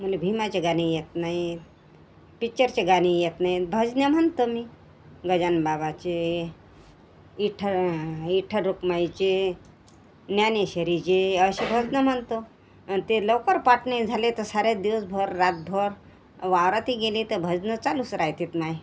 मला भिमाचे गाणे येत नाहीत पिक्चरचे गाणे येत नाही आणि भजनं म्हणतं मी गजानन बाबाचे इठ्ठ विठ्ठल रखुमाईचे ज्ञानेश्वरीचे असे भजनं म्हणतो आणि ते लवकर पाठ नाही झाले तर साऱ्या दिवसभर रातभर वावरातही गेले तर चालूच राहते माये